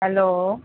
hello